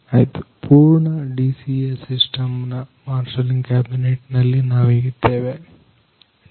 ಆಯ್ತು ಪೂರ್ಣ DCA system ನ ಮಾರ್ಷಲ್ಲಿಂಗ್ ಕ್ಯಾಬಿನೆಟ್ ನಲ್ಲಿ ನಾವೀಗ ಇದ್ದೇವೆ 13